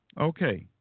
Okay